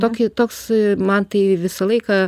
tokį toks man tai visą laiką